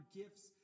gifts